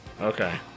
Okay